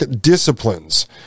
disciplines